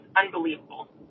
unbelievable